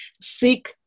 Seek